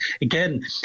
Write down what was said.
again